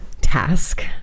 task